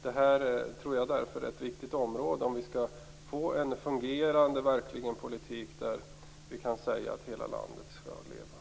Därför tror jag att det här är ett viktigt område om vi skall få en fungerande politik där vi kan säga att hela landet skall leva.